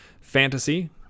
Fantasy